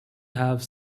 have